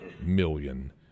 million